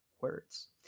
words